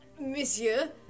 Monsieur